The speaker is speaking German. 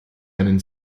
einen